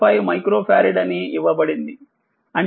5మైక్రోఫారెడ్ అని ఇవ్వబడింది అంటే 0